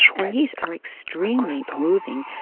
and these are extremely moving,